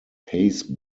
pace